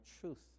truth